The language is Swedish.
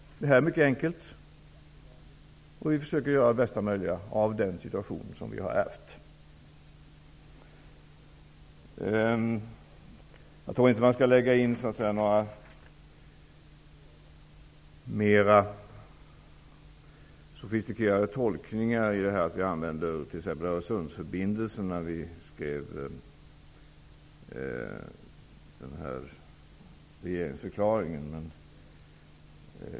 Det är mycket enkelt. Vi försöker göra bästa möjliga av den situation som vi har ärvt. Jag tror inte att man skall lägga in några mer sofistikerade tolkningar av att t.ex. frågan om Öresundsförbindelsen fanns med i regeringsförklaringen.